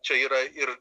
čia yra ir